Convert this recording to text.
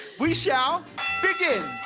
we shall begin.